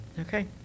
Okay